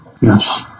Yes